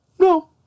No